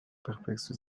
perplexes